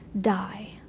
die